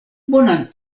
bonan